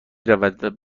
رود